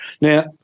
Now